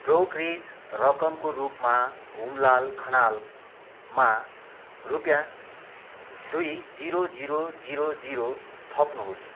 brokerage रकमको रूपमा हुमलाल खनालमा रुपियाँ दुई जिरो जिरो जिरो जिरो थप्नुहोस्